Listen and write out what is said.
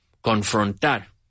Confrontar